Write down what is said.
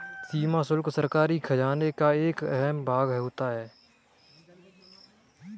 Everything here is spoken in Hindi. सीमा शुल्क सरकारी खजाने का एक अहम भाग होता है